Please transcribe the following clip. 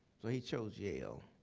so he chose yale.